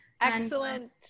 Excellent